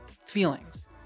feelings